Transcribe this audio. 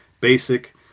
basic